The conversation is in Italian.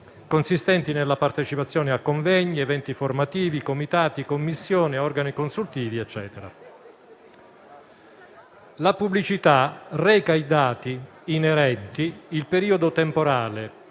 consistenti nella partecipazione a convegni, eventi formativi, comitati, commissioni, organi consultivi e quant'altro. La pubblicità reca i dati inerenti il periodo temporale,